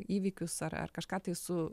įvykius ar ar kažką tai su